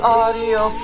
audio